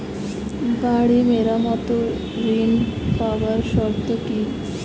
বাড়ি মেরামত ঋন পাবার শর্ত কি?